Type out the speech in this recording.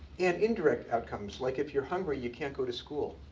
and indirect outcomes. like, if you're hungry, you can't go to school.